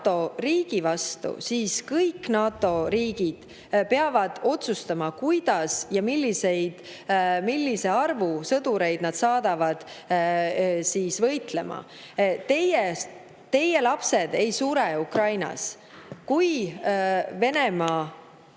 riigi vastu, siis peavad kõik NATO riigid otsustama, kuidas ja millise arvu sõdureid nad saadavad võitlema. Teie lapsed ei sure Ukrainas. Kui Venemaa